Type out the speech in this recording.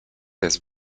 des